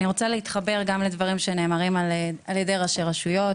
אני רוצה לומר שאני מתחברת לדברים שנאמרו על ידי ראשי רשויות